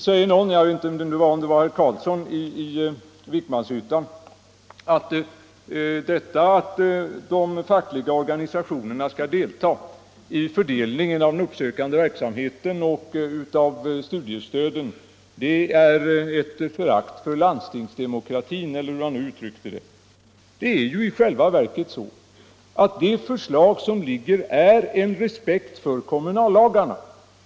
Någon sade — jag tror att det var herr Carlsson i Vikmanshyttan — att detta att låta de fackliga organisationerna delta i fördelningen av resurserna för den uppsökande verksamheten och av studiestöden visar förakt för landstingsdemokratin, eller hur han uttryckte det. I själva verket visar det förslag som ligger just respekt för kommunallagarna.